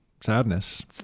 sadness